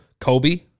Kobe